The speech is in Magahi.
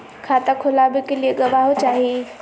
खाता खोलाबे के लिए गवाहों चाही?